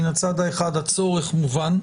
מן הצד האחד, הצורך מובן.